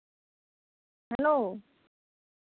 hello